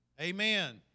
Amen